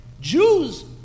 Jews